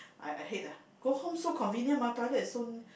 I I hate ah go home so convenient mah toilet is so